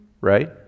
right